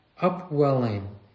upwelling